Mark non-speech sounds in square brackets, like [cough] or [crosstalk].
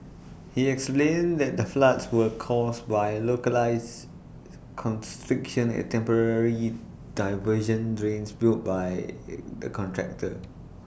he explained that the floods were caused by localised [noise] constriction at temporary diversion drains built by the contractor